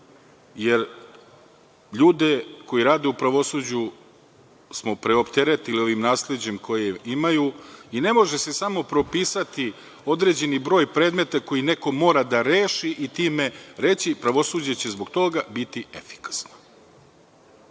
jer ljude koji rade u pravosuđu smo preopteretili ovim nasleđem koje imaju i ne može se samo propisati određeni broj predmeta koji neko mora da reši i time reći – pravosuđe će zbog toga biti efikasno. Očigledno